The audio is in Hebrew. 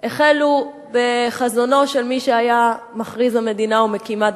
החלו בחזונו של מי שהיה מכריז המדינה ומקימה,